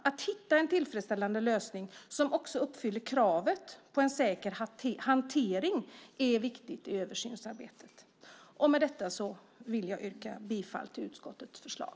Att hitta en tillfredsställande lösning som också uppfyller kravet på en säker hantering är viktigt i översynsarbetet. Med detta yrkar jag bifall till utskottets förslag.